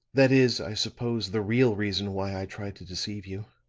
that is, i suppose, the real reason why i tried to deceive you.